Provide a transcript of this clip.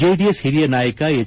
JDS ಹಿರಿಯ ನಾಯಕ H